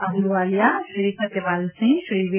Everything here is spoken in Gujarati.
અફલુવાલીયા શ્રી સત્યપાલસિંહ શ્રી વી